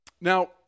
Now